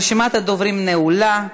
רשימת הדוברים נעולה.